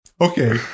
Okay